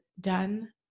done